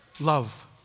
love